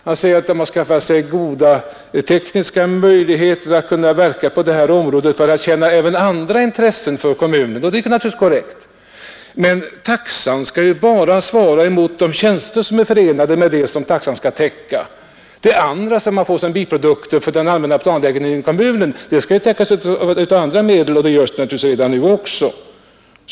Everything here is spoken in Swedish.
Han säger att man skaffat sig goda tekniska möjligheter att kunna verka på det här området för att kunna tjäna även andra intressen för kommunen. Och det är naturligtvis korrekt. Men taxan skall ju bara svara mot de tjänster som är förenade med det som taxan avser att täcka. Det andra som man får som biprodukt för den allmänna planläggningen i kommunen skall täckas av andra medel, vilket sker redan nu.